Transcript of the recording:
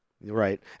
Right